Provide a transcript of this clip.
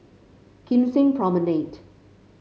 Kim Seng Promenade